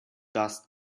dust